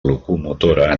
locomotora